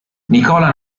nicola